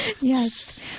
Yes